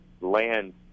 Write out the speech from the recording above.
land